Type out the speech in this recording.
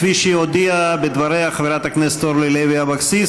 כפי שהודיעה בדבריה חברת הכנסת אורלי לוי אבקסיס,